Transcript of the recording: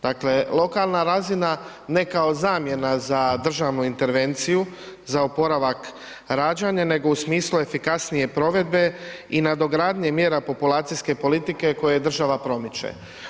Dakle, lokalna razina ne kao zamjena za državnu intervenciju, za oporavak rađanje, nego u smislu efikasnije provedbe i nadogradnje mjera populacijske politike koje država promiče.